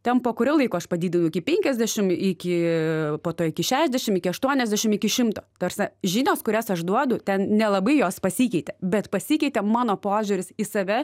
ten po kurio laiko aš padidinau iki penkiasdešim iki po to iki šešdešim iki aštuoniasdešim iki šimto taprasme žinios kurias aš duodu ten nelabai jos pasikeitė bet pasikeitė mano požiūris į save